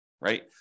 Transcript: right